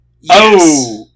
yes